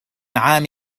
عام